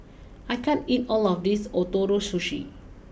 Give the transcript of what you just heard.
I can't eat all of this Ootoro Sushi